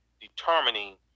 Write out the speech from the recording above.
determining